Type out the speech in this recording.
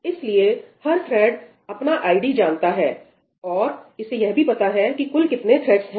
इसलिए हर थ्रेड अपना आईडी जानता है और इसे यह भी पता है कि कुल कितने थ्रेड्स हैं